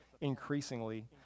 increasingly